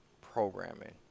programming